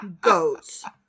goats